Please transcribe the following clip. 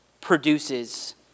produces